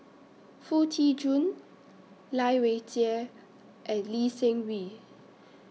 Foo Tee Jun Lai Weijie and Lee Seng Wee